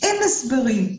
אין הסברים.